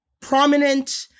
prominent